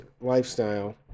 lifestyle